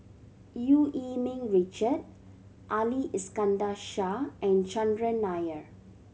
Eu Yee Ming Richard Ali Iskandar Shah and Chandran Nair